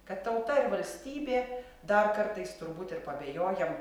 kad tauta ir valstybė dar kartais turbūt ir paabejojam